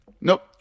Nope